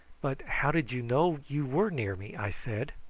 but how did you know you were near me? i said.